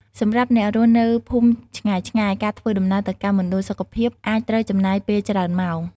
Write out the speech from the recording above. សម្រាប់អ្នករស់នៅភូមិឆ្ងាយៗ ការធ្វើដំណើរទៅកាន់មណ្ឌលសុខភាពអាចត្រូវចំណាយពេលច្រើនម៉ោង។